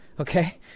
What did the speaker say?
Okay